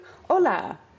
hola